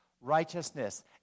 righteousness